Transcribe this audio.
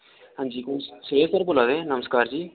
हां जी कौन अभिषेक होर बोला दे नमस्कार जी